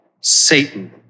Satan